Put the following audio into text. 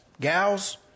gals